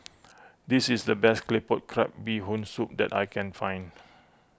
this is the best Claypot Crab Bee Hoon Soup that I can find